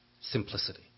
simplicity